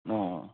ꯑꯦ ꯑꯦ